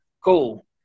cool